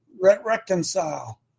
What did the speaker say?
Reconcile